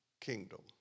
kingdom